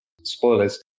spoilers